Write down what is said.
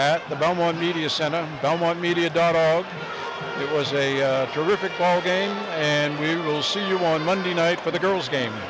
at the belmont media center belmont media dot out it was a terrific day and we will see you on monday night for the girls game